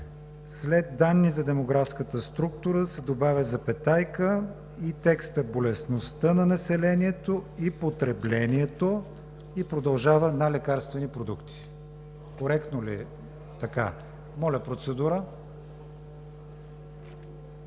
след: „данни за демографската структура“ се добавя запетайка и текстът „болестността на населението и потреблението“ и продължава: „на лекарствени продукти“. Коректно ли е? Гласували